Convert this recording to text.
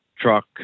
truck